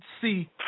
see